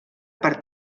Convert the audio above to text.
per